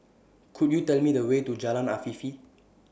Could YOU Tell Me The Way to Jalan Afifi